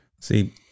See